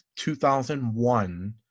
2001